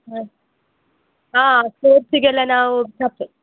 ಹಾಂ ಹಾಂ ಸ್ಪೋರ್ಟ್ಸಿಗೆಲ್ಲ ನಾವು